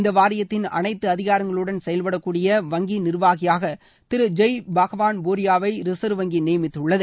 இந்த வாரியத்தின் அனைத்து அதிகாரங்களுடன் செயல்படக்கூடிய வங்கியின் நிர்வாகியாக திரு ஜெய் பகவான் போரியாவை ரிசர்வ் வங்கி நியமித்துள்ளது